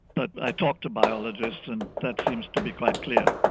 but i talk to biologists and that seems to be quite clear.